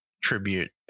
tribute